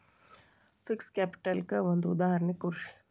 fixed capital ಕ್ಕ ಒಂದ್ ಉದಾಹರ್ಣಿ ಕೊಡ್ರಿ